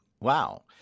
wow